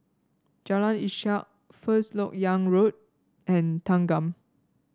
Jalan Ishak First LoK Yang Road and Thanggam